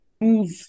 move